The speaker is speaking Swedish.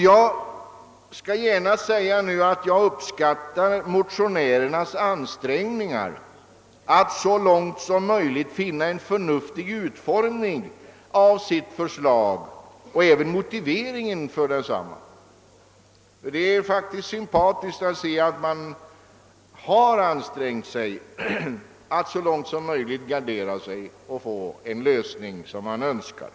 Jag skall gärna erkänna att jag uppskattar motionärernas ansträngningar att finna en förnuftig utformning av sitt förslag liksom även motive ringen för detsamma. Det gör faktiskt ett sympatiskt intryck att man har ansträngt sig att så långt som möjligt gardera sig när man sökt nå den lösning som man Önskar.